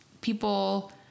people